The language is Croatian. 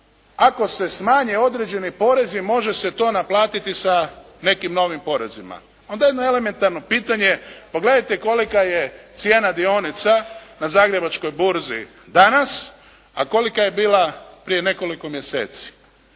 ako se smanje određeni porezi može se to naplatiti sa nekim novim porezima. Onda ono elementarno pitanje pogledajte kolika je cijena dionica na zagrebačkoj burzi danas, a kolika je bila prije nekoliko mjeseci.